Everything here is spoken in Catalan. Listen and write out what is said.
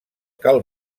cal